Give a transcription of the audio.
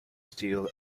steel